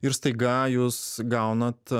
ir staiga jūs gaunat